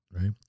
Right